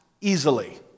easily